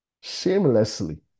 shamelessly